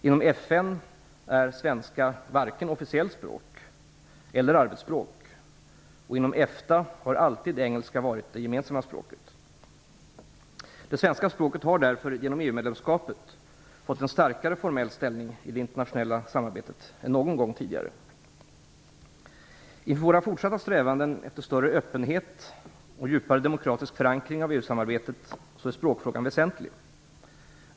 Inom FN är svenska varken officiellt språk eller arbetsspråk, och inom EFTA har alltid engelska varit det gemensamma språket. Det svenska språket har därför genom EU-medlemskapet fått en starkare formell ställning i det internationella samarbetet än någon gång tidigare. Inför våra fortsatta strävanden efter större öppenhet och djupare demokratisk förankring av EU samarbetet är språkfrågan väsentlig.